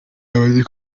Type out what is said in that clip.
amaze